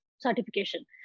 certification